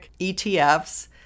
ETFs